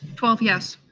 twelve yes.